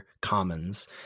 commons